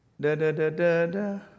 Da-da-da-da-da